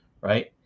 right